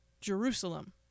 Jerusalem